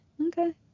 Okay